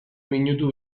minutu